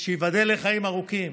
ייבדל לחיים ארוכים.